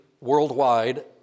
worldwide